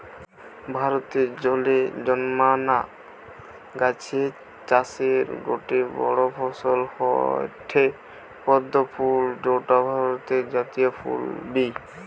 ভারতে জলে জন্মানা গাছের চাষের গটে বড় ফসল হয়ঠে পদ্ম ফুল যৌটা ভারতের জাতীয় ফুল বি